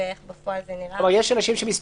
להרחיב.